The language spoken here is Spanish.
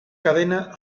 cadena